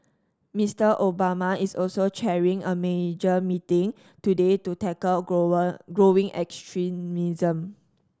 Mister Obama is also chairing a major meeting today to tackle grow growing extremism